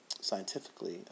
scientifically